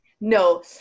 No